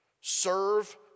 serve